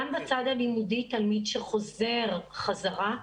גם בצד הלימודי, תלמיד שחוזר חזרה,